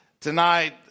tonight